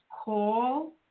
call